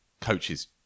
coaches